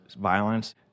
violence